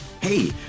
Hey